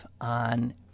on